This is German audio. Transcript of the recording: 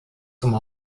zum